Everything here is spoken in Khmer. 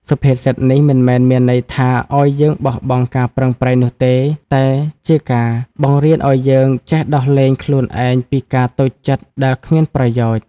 សុភាសិតនេះមិនមែនមានន័យថា ឱ្យយើងបោះបង់ការប្រឹងប្រែងនោះទេ តែជាការបង្រៀនឱ្យយើងចេះដោះលែងខ្លួនឯងពីការតូចចិត្តដែលគ្មានប្រយោជន៍។